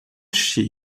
she